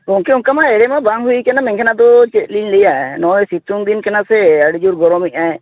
ᱜᱚᱢᱠᱮ ᱚᱱᱠᱟ ᱢᱟ ᱮᱲᱮᱢᱟ ᱵᱟᱝ ᱦᱩᱭ ᱟᱠᱟᱱᱟ ᱢᱮᱱᱠᱷᱟᱱ ᱟᱫᱚ ᱪᱮᱫᱞᱤᱧ ᱞᱟᱹᱭᱟ ᱱᱚᱜᱼᱚᱸᱭ ᱥᱤᱛᱩᱝᱫᱤᱱ ᱠᱟᱱᱟ ᱥᱮ ᱟᱹᱰᱤᱡᱳᱨ ᱜᱚᱨᱚᱢᱮᱫᱼᱟᱭ